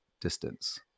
distance